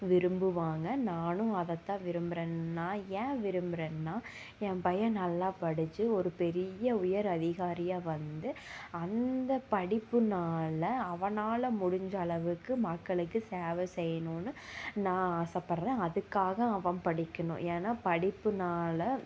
விரும்புவாங்க நானும் அதைத்தான் விரும்புகிறேன் நான் ஏன் விரும்புகிறேன்னா என் பையன் நல்லா படித்து ஒரு பெரிய உயர் அதிகாரியாக வந்து அந்த படிப்புனால அவனால் முடிஞ்ச அளவுக்கு மக்களுக்கு சேவை செய்யணும்னு நான் ஆசைப்பட்றேன் அதுக்காக அவன் படிக்கணும் ஏன்னா படிப்புனால